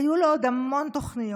היו לו עוד המון תוכניות,